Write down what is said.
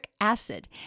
acid